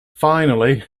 finally